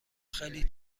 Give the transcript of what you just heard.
خیلی